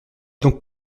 donc